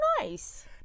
nice